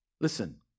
listen